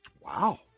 Wow